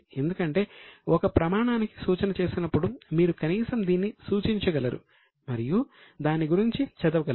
ఎందుకంటే ఒక ప్రమాణానికి సూచన చేసినప్పుడు మీరు కనీసం దీన్ని సూచించగలరు మరియు దాని గురించి చదవగలరు